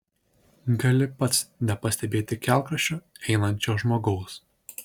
gali pats nepastebėti kelkraščiu einančio žmogaus